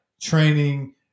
training